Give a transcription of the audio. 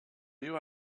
you